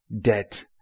debt